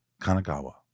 Kanagawa